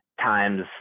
times